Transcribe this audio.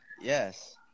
yes